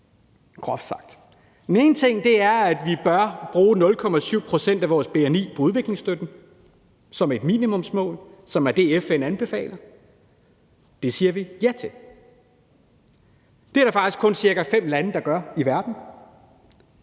groft sagt. Den ene ting er, at vi bør bruge 0,7 pct. af vores bni på udviklingsstøtten som et minimumsmål, og som er det, FN anbefaler. Det siger vi ja til. Det er der faktisk cirka kun fem lande i verden